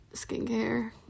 skincare